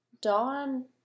Dawn